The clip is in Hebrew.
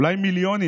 אולי מיליונים,